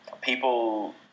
people